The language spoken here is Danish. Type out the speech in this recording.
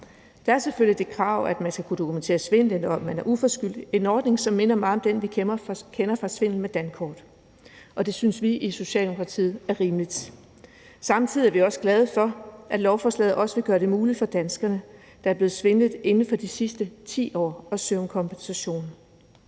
Der er selvfølgelig det krav, at man skal dokumentere svindelen, og at det er uforskyldt – en ordning, som minder meget om den, vi kender fra svindel med dankort – og det synes vi i Socialdemokratiet er rimeligt. Samtidig er vi glade for, at lovforslaget også vil gøre det muligt for danskere, der er blevet udsat for svindel inden for de sidste 10 år, at søge om kompensation.